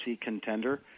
contender